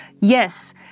yes